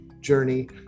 journey